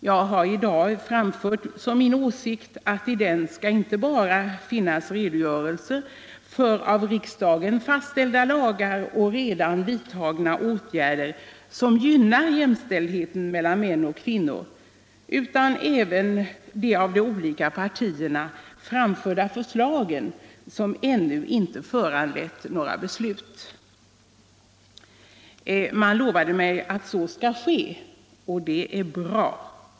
Jag har i dag framfört som min åsikt att i den skall inte bara finnas redogörelser för av riksdagen fastställda lagar och redan vidtagna åtgärder, som gynnar jämställdhet mellan män och kvinnor, utan även de av de olika partierna framförda förslag som ännu inte föranlett några beslut. Man har lovat mig att så skall ske, vilket är bra.